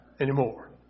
anymore